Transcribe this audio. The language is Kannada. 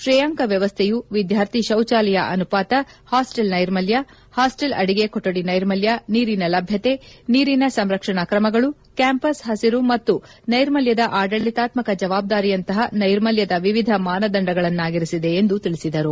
ತ್ರೇಯಾಂಕ ವ್ಯವಸ್ಥೆಯು ವಿದ್ಯಾರ್ಥಿ ಶೌಚಾಲಯ ಅನುಪಾತ ಹಾಸ್ಟೆಲ್ ನೈರ್ಮಲ್ಯ ಹಾಸ್ಟೆಲ್ ಅಡುಗೆ ಕೊಠಡಿ ನೈರ್ಮಲ್ಯ ನೀರಿನ ಲಭ್ಣತೆ ನೀರಿನ ಸಂರಕ್ಷಣಾ ಕ್ರಮಗಳು ಕ್ವಾಂಪಸ್ ಹಸಿರು ಮತ್ತು ನೈರ್ಮಲ್ಡದ ಆಡಳಿತಾತ್ಕ ಜವಾಬ್ದಾರಿಯಂತಹ ನೈರ್ಮಲ್ವದ ವಿವಿಧ ಮಾನದಂಡಗಳನ್ನಾಧರಿಸಿದೆ ಎಂದು ತಿಳಿಸಿದರು